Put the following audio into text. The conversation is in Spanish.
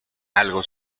algo